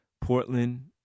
Portland